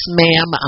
ma'am